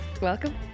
welcome